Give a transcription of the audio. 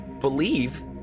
believe